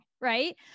right